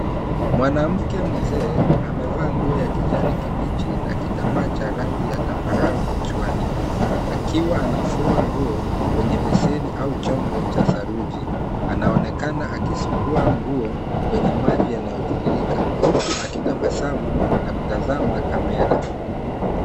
Mwanamke mzee amevaa nguo ya kijani kibichi na kitambaa cha rangi ya zambarau kichwani akiwa anafua nguo kwenye beseni au chombo cha saruji. Anaonekana akisugua nguo kwa maji yanayotiririka. Huku akitabasamu na kutumia kamera.